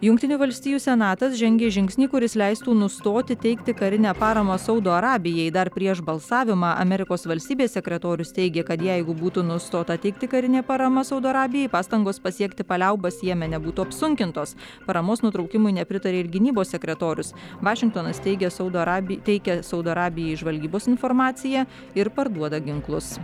jungtinių valstijų senatas žengė žingsnį kuris leistų nustoti teikti karinę paramą saudo arabijai dar prieš balsavimą amerikos valstybės sekretorius teigė kad jeigu būtų nustota teikti karinė parama saudo arabijai pastangos pasiekti paliaubas jemene būtų apsunkintos paramos nutraukimui nepritarė ir gynybos sekretorius vašingtonas teigia saudo arabija teikia saudo arabijai žvalgybos informaciją ir parduoda ginklus